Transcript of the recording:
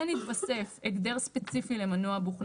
כן התווסף הגדר ספציפי למנוע בוכנה.